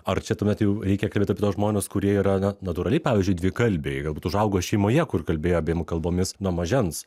ar čia tuomet jau reikia kalbėt apie žmones kurie yra na natūraliai pavyzdžiui dvikalbiai galbūt užaugo šeimoje kur kalbėjo abiem kalbomis nuo mažens